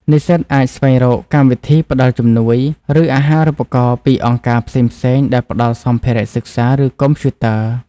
និស្សិតអាចស្វែងរក កម្មវិធីផ្តល់ជំនួយ ឬអាហារូបករណ៍ពីអង្គការផ្សេងៗដែលផ្តល់សម្ភារៈសិក្សា ឬកុំព្យូទ័រ។